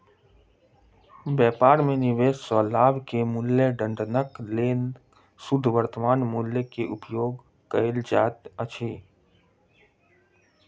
व्यापार में निवेश सॅ लाभ के मूल्याङकनक लेल शुद्ध वर्त्तमान मूल्य के उपयोग कयल जाइत अछि